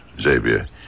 xavier